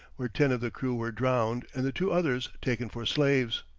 where ten of the crew were drowned and the two others taken for slaves.